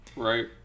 Right